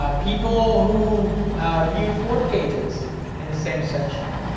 ah people who viewed four pages in the same session,